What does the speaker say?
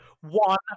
One